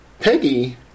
Peggy